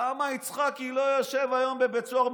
למה יצחקי לא יושב היום בבית סוהר,